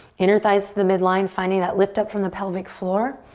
inner thighs to the midline. finding that, lift up from the pelvic floor.